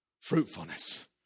Fruitfulness